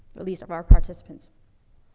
at least of our participants.